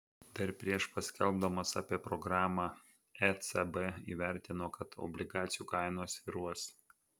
dar prieš paskelbdamas apie programą ecb įvertino kad obligacijų kainos svyruos